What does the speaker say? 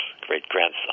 great-grandson